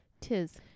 Tis